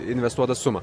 investuotą sumą